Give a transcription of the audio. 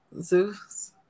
Zeus